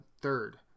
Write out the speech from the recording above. Third